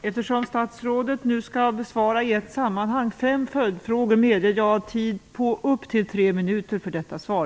Eftersom statsrådet nu skall besvara fem följdfrågor i ett sammanhang medger jag tid på upp till tre minuter för detta svar.